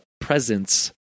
presence